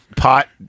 Pot